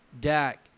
Dak